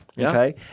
Okay